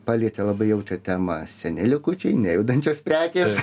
palietė labai jautrią temą seni likučiai nejudančios prekės